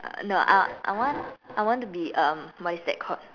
uh no I I want I want to be um what is that called